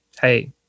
hey